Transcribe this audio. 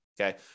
okay